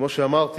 כמו שאמרתי,